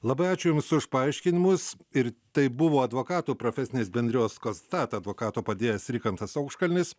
labai ačiū jums už paaiškinimus ir tai buvo advokatų profesinės bendrijos kostat advokato padėjėjas rikantas auškalnis